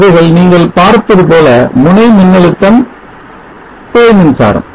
இவைகள் நீங்கள் பார்ப்பது போல முனை மின்னழுத்தம் கிளை மின்சாரம்